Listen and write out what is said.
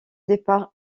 départ